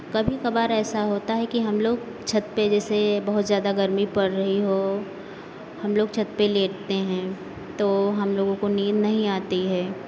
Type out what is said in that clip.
कभी कभार ऐसा होता है कि हम लोग छत पे जैसे बहुत ज़्यादा गर्मी पड़ रही हो हम लोग छत पे लेटते हैं तो हम लोगों को नींद नहीं आती है